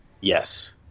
yes